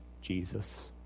Jesus